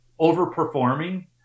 overperforming